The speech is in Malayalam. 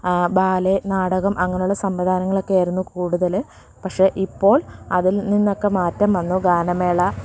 ബാലെ നാടകം അങ്ങനെയുള്ള സംവിധാനങ്ങളൊക്കെ ആയിരുന്നു കൂടുതൽ പക്ഷെ ഇപ്പോൾ അതിൽ നിന്നൊക്കെ മാറ്റം വന്നു ഗാനമേള